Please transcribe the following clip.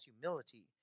humility